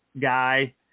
guy